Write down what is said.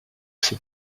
ses